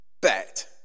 bet